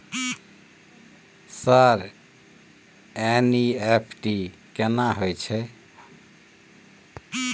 Sir NEFT केना होयत छै?